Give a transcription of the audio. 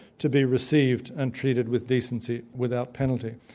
to be received and treated with decency, without penalty.